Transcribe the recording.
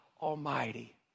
Almighty